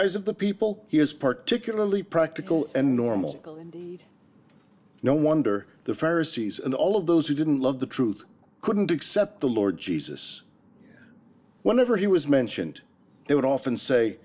eyes of the people he is particularly practical and normal no wonder the pharisees and all of those who didn't love the truth couldn't except the lord jesus whenever he was mentioned they would often say